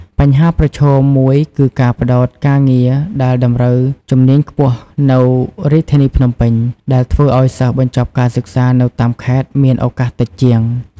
បញ្ហាប្រឈមមួយគឺការផ្តោតការងារដែលតម្រូវជំនាញខ្ពស់នៅរាជធានីភ្នំពេញ ដែលធ្វើឲ្យសិស្សបញ្ចប់ការសិក្សានៅតាមខេត្តមានឱកាសតិចជាង។